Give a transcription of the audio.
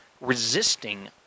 resisting